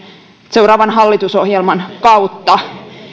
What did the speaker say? seuraavan hallitusohjelman kautta